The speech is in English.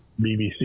BBC